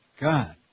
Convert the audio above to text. God